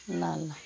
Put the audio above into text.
ल ल